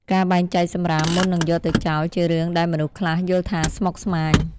ការបែងចែកសម្រាមមុននឹងយកទៅចោល ជារឿងដែលមនុស្សខ្លះយល់ថាស្មុគស្មាញ។